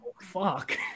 Fuck